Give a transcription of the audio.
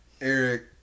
Eric